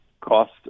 cost